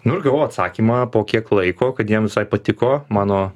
nu ir gavau atsakymą po kiek laiko kad jiem visai patiko mano